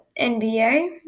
NBA